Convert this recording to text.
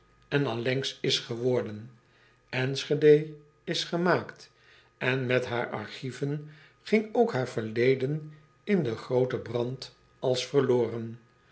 a a k t en met haar archieven ging ook haar verleden in den grooten brand als verloren